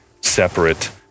separate